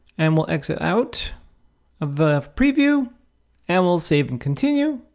and we'll exit out of the preview and we'll save and continue.